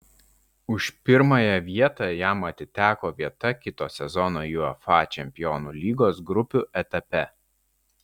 už pirmąją vietą jam atiteko vieta kito sezono uefa čempionų lygos grupių etape